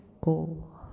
go